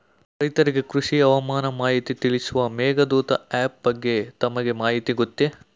ರೈತರಿಗೆ ಕೃಷಿ ಹವಾಮಾನ ಮಾಹಿತಿ ತಿಳಿಸುವ ಮೇಘದೂತ ಆಪ್ ಬಗ್ಗೆ ತಮಗೆ ಮಾಹಿತಿ ಗೊತ್ತೇ?